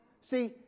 See